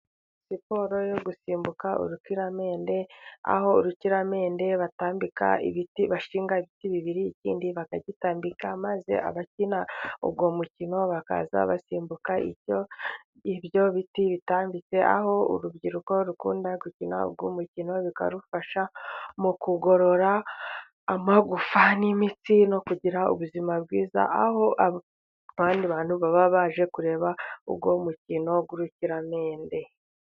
Siporo yo gusimbuka urukiramende, aho urukiramende batambika ibiti, bashinga ibiti bibiri, ikindi bakagitambika, maze abakina uwo mukino bakaza basimbuka ibyoyo biti bitambitse, aho urubyiruko rukunda gukina uyu mukino bikarufasha mu kugorora amagufa n'imitsi, no kugira ubuzima bwiza aho abandi bantu baba baje kureba uwo umukino wurukiramennde.